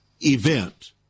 event